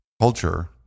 Culture